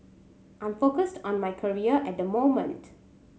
I'm focused on my career at the moment